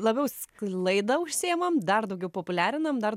labiau sklaida užsiimam dar daugiau populiarinam dar